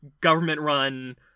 government-run